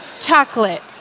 chocolate